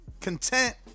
Content